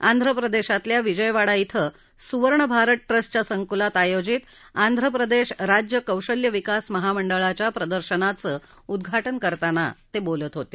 आंध्र प्रदेशातल्या विजयवाडा क्वे सुवर्ण भारत ट्रस्टच्या संकुलात आयोजित आंध्र प्रदेश राज्य कौशल्य विकास महामंडळाच्या प्रदर्शनांच उद्घाटन करताना ते बोलत होते